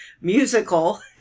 musical